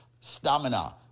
stamina